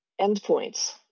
endpoints